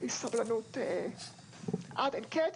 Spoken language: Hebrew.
יש לי סבלנות עד אין קץ,